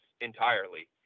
entirely